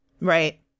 Right